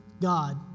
God